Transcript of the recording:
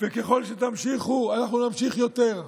ככל שתמשיכו, אנחנו נמשיך יותר,